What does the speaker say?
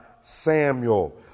Samuel